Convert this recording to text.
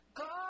God